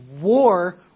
war